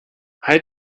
halt